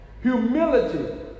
humility